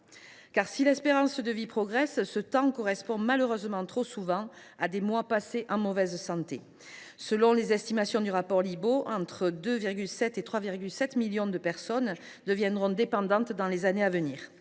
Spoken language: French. Si l’espérance de vie progresse, cet âge correspond malheureusement trop souvent à des mois passés en mauvaise santé. Selon les estimations du rapport Libault, entre 2,7 et 3,7 millions de personnes deviendront dépendantes dans les années à venir.